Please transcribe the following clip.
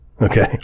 okay